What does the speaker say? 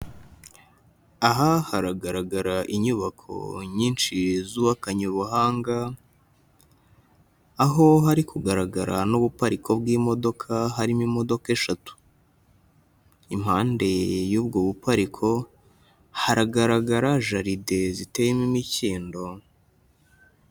Aha haragaragara inyubako nyinshi zubakanye ubuhanga, aho hari kugaragara n'ubupariko bw'imodoka harimo imodoka eshatu, impande y'ubwo bupariko, haragaragara jaride ziteyemo imikindo.